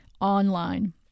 online